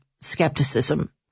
skepticism